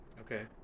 Okay